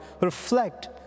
reflect